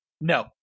No